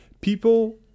people